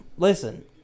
Listen